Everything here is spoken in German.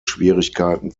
schwierigkeiten